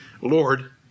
Lord